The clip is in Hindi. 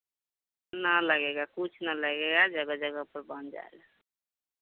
ना लगेगा कुछ ना लगेगा जगह जगह पर बन जायेगा